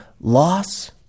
loss